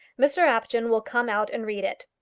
mr apjohn will come out and read it.